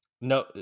no